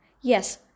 Yes